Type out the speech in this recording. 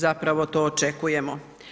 Zapravo to očekujemo.